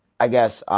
i guess